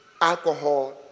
alcohol